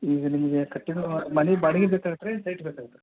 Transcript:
ಈಗ ನಿಮಗೆ ಕಟ್ಟಿದ ಮನೆ ಬಾಡ್ಗೆ ಬೇಕಾಗತ್ತಾ ರೀ ಸೈಟ್ ಬೇಕಾಗತ್ತಾ ರೀ